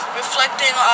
reflecting